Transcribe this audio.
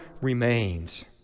remains